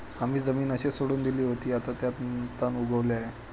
आम्ही जमीन अशीच सोडून दिली होती, आता त्यात तण उगवले आहे